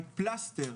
היא פלסטר,